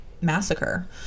massacre